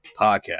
podcast